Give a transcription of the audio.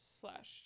slash